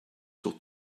sur